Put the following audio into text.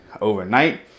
overnight